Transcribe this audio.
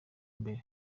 mbere